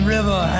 River